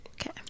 Okay